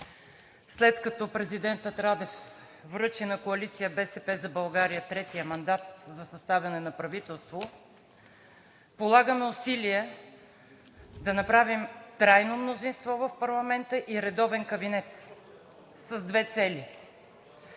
След като президентът Радев връчи на Коалиция „БСП за България“ третия мандат за съставяне на правителство, полагаме усилия да направим трайно мнозинство в парламента и редовен кабинет с две цели: